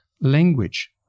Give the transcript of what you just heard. language